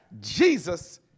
Jesus